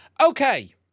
Okay